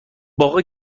باغ